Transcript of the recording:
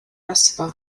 rasva